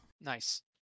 Nice